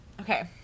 okay